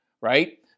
Right